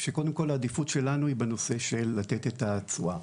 שקודם כל העדיפות שלנו היא בנושא של לתת את התשואה.